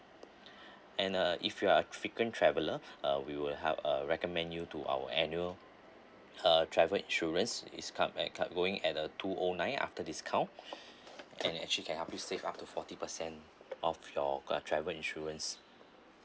and uh if you're a frequent traveller uh we will help uh recommend you to our annual uh travel insurance is cup~ act~ uh going at a two O nine after discount can actually can help you save up to forty percent of your uh travel insurance